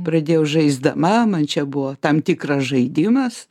pradėjau žaisdama man čia buvo tam tikras žaidimas